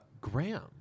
Graham